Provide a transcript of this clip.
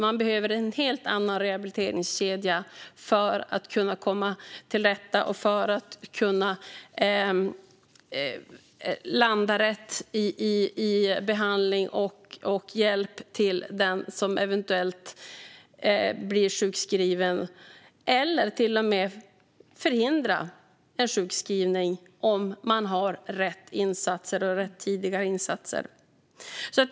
Man behöver en helt annan rehabiliteringskedja för att landa rätt när det gäller behandling och hjälp till den som eventuellt blir sjukskriven, eller för att till och med förhindra en sjukskrivning med rätt tidiga insatser.